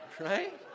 Right